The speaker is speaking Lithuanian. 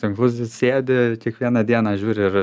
tinklus sėdi kiekvieną dieną žiūri ir